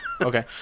Okay